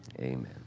Amen